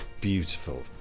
beautiful